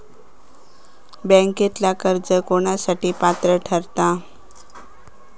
बँकेतला कर्ज कोणासाठी पात्र ठरता?